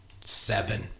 Seven